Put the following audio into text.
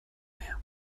mehr